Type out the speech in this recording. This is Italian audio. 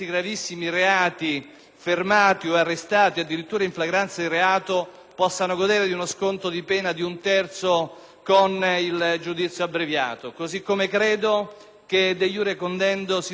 fermati o arrestati addirittura in flagranza di reato, possano godere di uno sconto di pena di un terzo con il giudizio abbreviato. Così come credo*, de iure condendo*, che si debba rivalutare